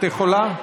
את יכולה?